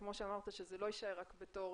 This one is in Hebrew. וכמו שאמרת שזה לא יישאר רק בתור